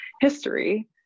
history